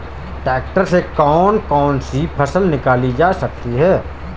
Tractor से कौन कौनसी फसल निकाली जा सकती हैं?